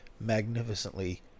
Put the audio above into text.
magnificently